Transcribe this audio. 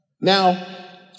Now